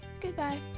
Goodbye